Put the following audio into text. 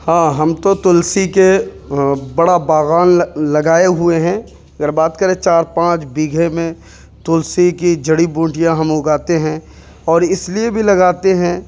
ہاں ہم تو تلسی کے بڑا باغان لگائے ہوئے ہیں اگر بات کریں چار پانچ بگہے میں تلسی کی جڑی بوٹیاں ہم اگاتے ہیں اور اس لیے بھی لگاتے ہیں